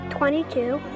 Twenty-two